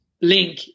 link